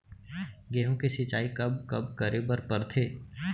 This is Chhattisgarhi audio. गेहूँ के सिंचाई कब कब करे बर पड़थे?